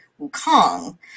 Wukong